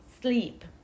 sleep